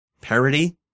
Parody